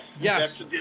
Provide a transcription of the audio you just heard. Yes